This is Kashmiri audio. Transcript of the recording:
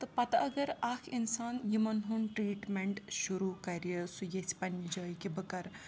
تہٕ پَتہٕ اگر اَکھ اِنسان یِمَن ہُنٛد ٹرٛیٖٹمٮ۪نٛٹ شروٗع کَرِ سُہ ییٚژھِ پنٛنہِ جایہِ کہِ بہٕ کَرٕ